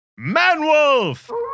Manwolf